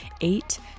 eight